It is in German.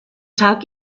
tag